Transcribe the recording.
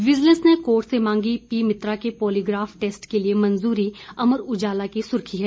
vigilance ने court से मांगी पी मित्रा के पोलीग्राफ टेस्ट के लिए मंजूरी अमर उजाला की सुर्खी है